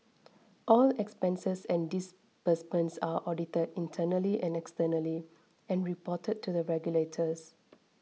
all expenses and disbursements are audited internally and externally and reported to the regulators